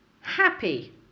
Happy